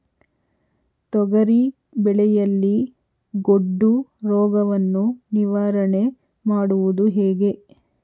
ತೊಗರಿ ಬೆಳೆಯಲ್ಲಿ ಗೊಡ್ಡು ರೋಗವನ್ನು ನಿವಾರಣೆ ಮಾಡುವುದು ಹೇಗೆ?